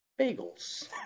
bagels